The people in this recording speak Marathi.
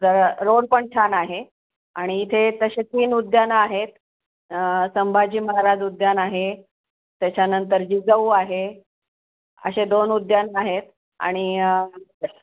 जर रोड पण छान आहे आणि इथे तसे तीन उद्यानं आहेत संभाजी महाराज उद्यान आहे त्याच्यानंतर जिजाऊ आहे असे दोन उद्यान आहेत आणि